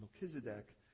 Melchizedek